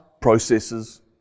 processes